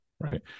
right